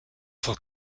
for